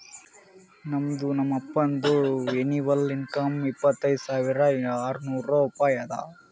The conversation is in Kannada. ನಮ್ದು ಪಪ್ಪಾನದು ಎನಿವಲ್ ಇನ್ಕಮ್ ಇಪ್ಪತೈದ್ ಸಾವಿರಾ ಆರ್ನೂರ್ ರೂಪಾಯಿ ಅದಾ